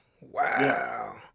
Wow